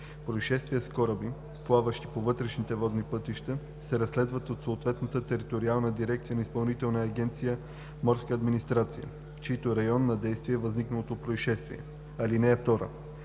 Произшествия с кораби, плаващи по вътрешните водни пътища, се разследват от съответната териториална дирекция на Изпълнителна агенция „Морска администрация“, в чийто район на действие е възникнало произшествието.